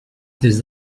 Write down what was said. des